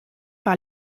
par